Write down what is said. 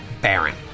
Baron